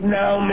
now